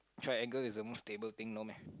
triangle is the most stable thing no meh